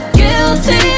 guilty